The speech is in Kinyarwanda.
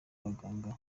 abaganga